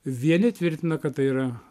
vieni tvirtina kad tai yra